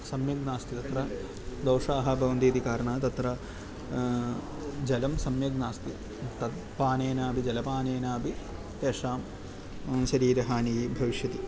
सम्यक् नास्ति तत्र दोषाः भवन्ति इति कारणात् तत्र जलं सम्यक् नास्ति तत्पानेन अपि जलपानेनापि तेषां शरीरहानिः भविष्यति